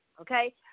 Okay